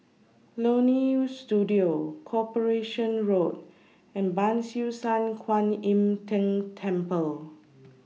Leonie Studio Corporation Road and Ban Siew San Kuan Im Tng Temple